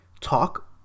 talk